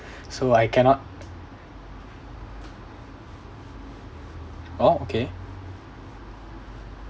so I cannot orh okay